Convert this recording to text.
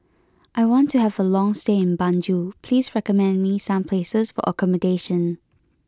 I want to have a long stay in Banjul please recommend me some places for accommodation